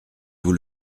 vous